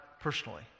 personally